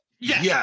Yes